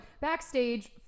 backstage